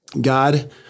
God